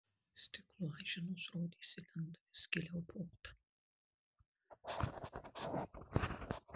stiklo aiženos rodėsi lenda vis giliau po oda